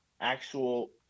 actual